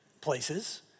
places